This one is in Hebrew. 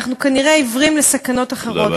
אנחנו כנראה עיוורים לסכנות אחרות, תודה רבה.